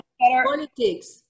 politics